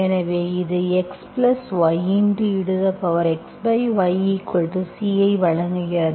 எனவே இது xy exyC ஐ வழங்குகிறது